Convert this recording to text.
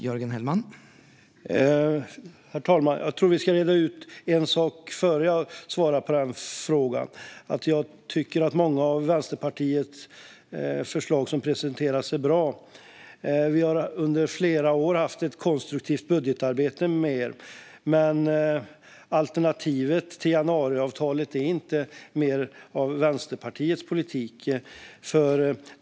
Herr talman! Innan jag besvarar frågan måste vi nog reda ut en sak. Jag tycker att många av de förslag som Vänsterpartiet presenterar är bra. Vi har under flera år haft ett konstruktivt budgetarbete med er. Men alternativet till januariavtalet är inte mer av Vänsterpartiets politik.